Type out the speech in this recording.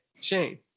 Shane